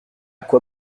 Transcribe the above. quoi